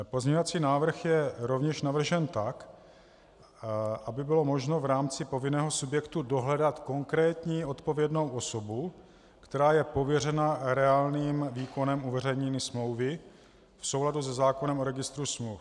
Pozměňovací návrh je rovněž navržen tak, aby bylo možno v rámci povinného subjektu dohledat konkrétní odpovědnou osobu, která je pověřena reálným výkonem uveřejnění smlouvy v souladu se zákonem o registru smluv.